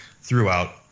throughout